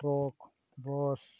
truck bus